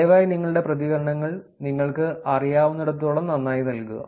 ദയവായി നിങ്ങളുടെ പ്രതികരണങ്ങൾ നിങ്ങൾക്ക് അറിയാവുന്നിടത്തോളം നന്നായി നൽകുക